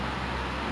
change the world